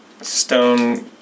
stone